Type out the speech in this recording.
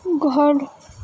گھر